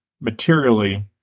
materially